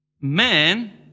Man